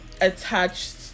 attached